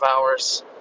hours